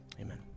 amen